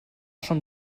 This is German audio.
schon